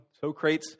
Socrates